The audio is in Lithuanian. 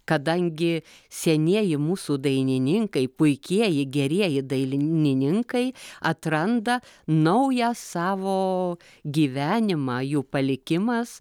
kadangi senieji mūsų dainininkai puikieji gerieji dainininkai atranda naują savo gyvenimą jų palikimas